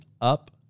up